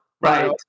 Right